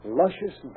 luscious